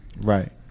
Right